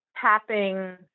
tapping